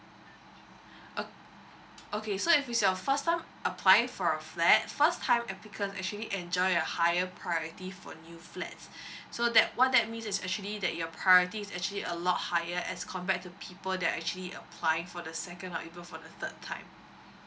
ok~ okay so if it's your first time applying for a flat first time applicant actually enjoy a higher priority for new flats so that what that means is actually that your priorities is actually a lot higher as compared to people that actually applying for the second or even for the third time